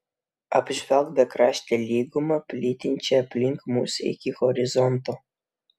apžvelk bekraštę lygumą plytinčią aplink mus iki horizonto